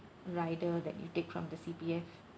rider that you take from the C_P_F